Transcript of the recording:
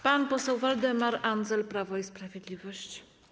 Pan poseł Waldemar Andzel, Prawo i Sprawiedliwość.